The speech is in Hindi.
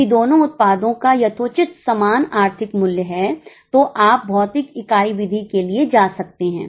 यदि दोनों उत्पादों का यथोचित समान आर्थिक मूल्य है तो आप भौतिक इकाई विधि के लिए जा सकते हैं